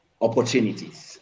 opportunities